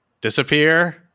disappear